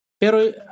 Pero